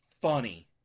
funny